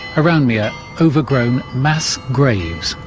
around me are overgrown mass graves,